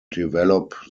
develop